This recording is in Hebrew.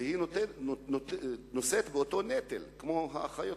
והיא נושאת באותו נטל כמו האחיות,